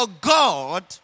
God